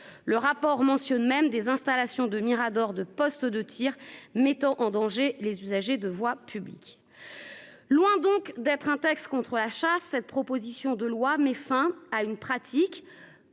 Le rapport mentionne même des installations de miradors de poste de tir mettant en danger les usagers de voie publique. Loin donc d'être un texte contre la chasse. Cette proposition de loi met fin à une pratique.